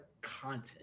content